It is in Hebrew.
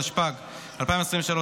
התשפ"ג 2023,